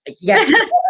Yes